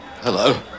Hello